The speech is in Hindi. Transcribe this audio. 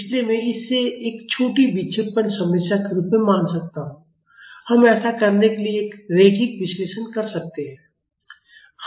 इसलिए मैं इसे एक छोटी विक्षेपण समस्या के रूप में मान सकता हूं हम ऐसा करने के लिए एक रैखिक विश्लेषण कर सकते हैं